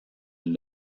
den